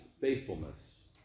faithfulness